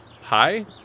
Hi